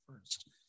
first